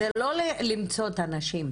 זה לא למצוא את הנשים,